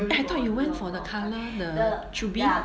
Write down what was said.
eh I thought you went for the colour the Choo Bee